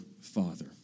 father